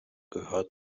gehört